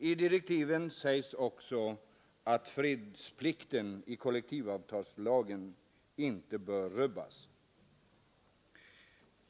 I direktiven sägs också att fredsplikten i kollektivavtalslagen inte bör rubbas.